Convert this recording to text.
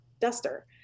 duster